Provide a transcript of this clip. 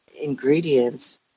ingredients